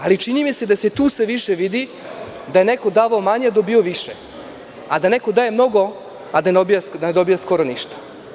Ali, čini mi se da se tu sve više vidi da je neko davao manje a dobijao više, a da neko daje mnogo a ne dobije skoro ništa.